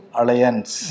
Alliance